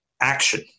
action